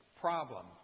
problem